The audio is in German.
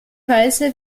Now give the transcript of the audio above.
weise